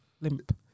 Limp